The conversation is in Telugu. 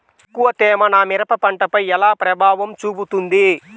ఎక్కువ తేమ నా మిరప పంటపై ఎలా ప్రభావం చూపుతుంది?